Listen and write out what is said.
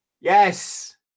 yes